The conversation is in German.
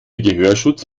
gehörschutz